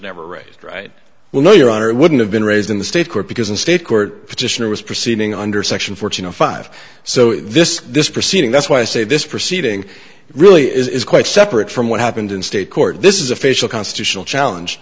never raised right well no your honor it wouldn't have been raised in the state court because a state court petitioner was proceeding under section four thousand and five so this this proceeding that's why i say this proceeding really is quite separate from what happened in state court this is official constitutional challenge